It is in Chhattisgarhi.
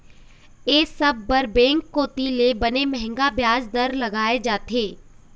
ये सब बर बेंक कोती ले बने मंहगा बियाज दर लगाय जाथे